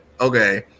okay